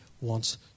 wants